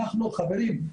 חברים,